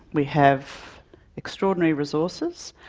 we have extraordinary resources,